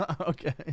Okay